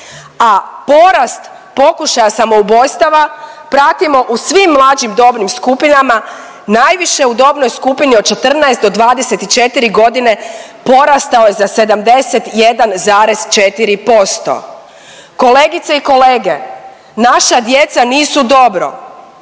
a porast pokušaja samoubojstava pratimo u svim mlađim dobnim skupinama najviše u dobnoj skupini od 14 do 24 godine porastao je za 71,4%. Kolegice i kolege, naša djeca nisu dobro.